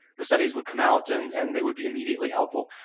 the studies would come out and and they would be immediately helpful.